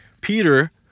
Peter